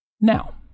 Now